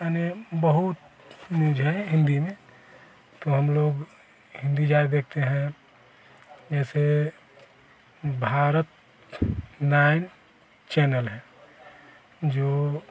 यानी बहुत न्यूज है हिन्दी में तो हम लोग हिन्दी ज़्यादा देखते हैं ऐसे भारत नाइन चैनल है जो